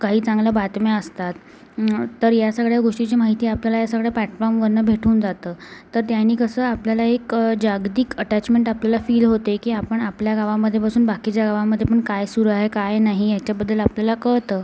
काही चांगल्या बातम्या असतात तर या सगळ्या गोष्टीची माहिती आपल्याला या सगळ्या प्लॅटफॉर्ममधून भेटून जातं तर त्यांनी कसं आपल्याला एक जागतिक अटॅचमेंट आपल्याला फिल होते की आपण आपल्या गावामध्ये बसून बाकीच्या गावामध्ये पण काय सुरू आहे काय नाही याच्याबद्दल आपल्याला कळतं